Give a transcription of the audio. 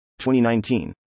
2019